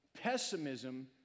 pessimism